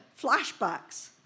flashbacks